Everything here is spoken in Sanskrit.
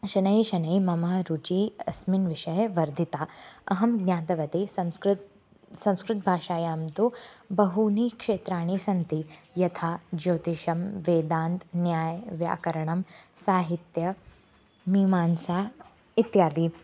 शनैः शनैः मम रुचिः अस्मिन् वषये वर्धिता अहं ज्ञातवती संस्कृतं संस्कृतं भाषायां तु बहूनि क्षेत्राणि सन्ति यथा ज्योतिष्यं वेदान्तं न्यायं व्याकरणं साहित्यं मीमांसा इत्यादि